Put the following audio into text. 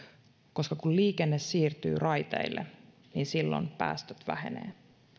koska kun liikenne siirtyy raiteille niin silloin päästöt vähenevät